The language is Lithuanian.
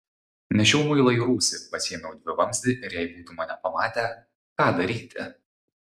nešiau muilą į rūsį pasiėmiau dvivamzdį ir jei būtų mane pamatę ką daryti